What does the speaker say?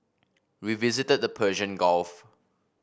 we visited the Persian Gulf